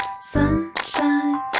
sunshine